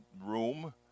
room